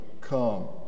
come